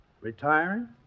retiring